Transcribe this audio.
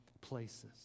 places